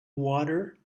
water